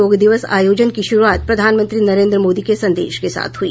योग दिवस आयोजन की शुरूआत प्रधानमंत्री नरेन्द्र मोदी के संदेश के साथ हुई